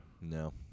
No